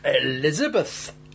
Elizabeth